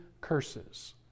curses